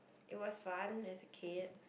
it was fun as a kid